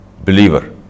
believer